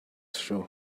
show